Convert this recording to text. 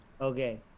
Okay